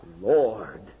Lord